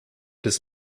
des